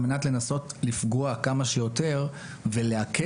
על מנת לנסות לפגוע כמה שיותר ולהקל,